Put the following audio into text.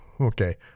Okay